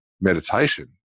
meditation